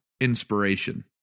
inspiration